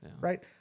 right